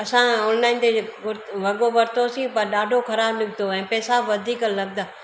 असां ऑनलाइन ते हिकिड़ो वॻो वरतोसीं पर ॾाढो ख़राब निकितो आहे ऐं पैसा वधीक लॻंदा